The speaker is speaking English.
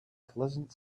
pleasant